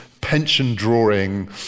pension-drawing